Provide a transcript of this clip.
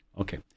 Okay